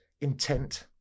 intent